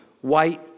white